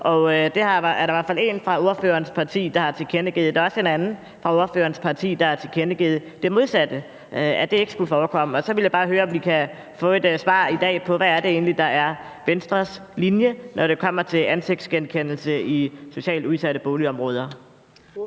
det er der i hvert fald en fra ordførerens parti der har tilkendegivet. Der er også en anden fra ordførerens parti, der har tilkendegivet det modsatte, nemlig at det ikke skulle forekomme. Så vil jeg bare høre, om vi kan få et svar i dag på, hvad det egentlig er, der er Venstres linje, når det kommer til ansigtsgenkendelse i socialt udsatte boligområder.